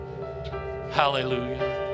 Hallelujah